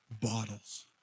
bottles